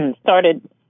started